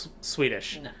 Swedish